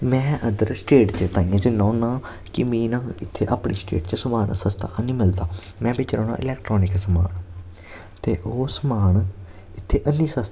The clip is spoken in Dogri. में अदर स्टेट च ताइयें जन्ना होन्ना कि मीं ना इत्थे अपनी स्टेट च समान सस्ता हैनी मिलदा में बेचना होन्ना ऐलैक्ट्रानिक समान ते ओह् समान इत्थे हल्ली सस्ता